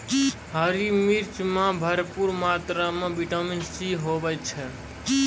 हरी मिर्च मॅ भरपूर मात्रा म विटामिन सी होय छै